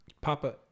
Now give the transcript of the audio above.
papa